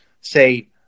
say